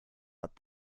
but